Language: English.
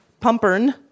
pumpern